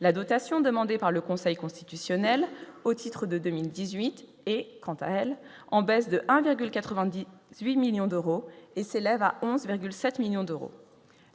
la dotation demandée par le Conseil constitutionnel au titre de 2018 et quant à elle, en baisse de 1 virgule 90 8 millions d'euros et s'élève à 11,7 millions d'euros,